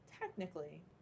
Technically